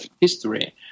history